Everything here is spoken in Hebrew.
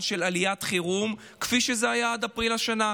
של עליית חירום כפי שהיה עד אפריל השנה.